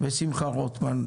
חה"כ שמחה רוטמן.